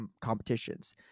competitions